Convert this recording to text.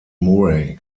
murray